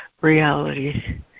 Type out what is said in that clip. reality